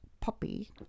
Poppy